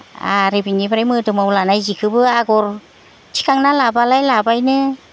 आरो बिनिफ्राय मोदोमाव लानाय जिखोबो आगर थिखांना लाबालाय लाबायनो